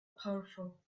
powerful